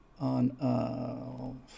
on